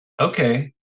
Okay